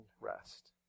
rest